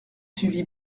suivi